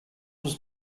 was